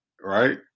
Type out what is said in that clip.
right